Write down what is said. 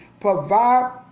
Provide